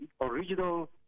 original